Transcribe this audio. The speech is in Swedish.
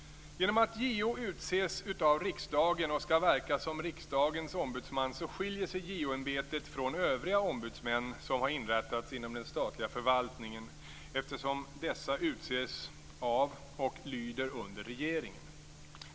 Genom att JO utses av riksdagen och ska verka som riksdagens ombudsman skiljer sig JO ämbetet från övriga ombudsmän som har inrättats inom den statliga förvaltningen, eftersom dessa utses av och lyder under regeringen.